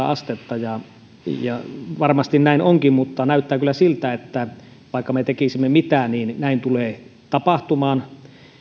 astetta varmasti näin onkin mutta näyttää kyllä siltä että vaikka me tekisimme mitä niin näin tulee tapahtumaan